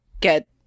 get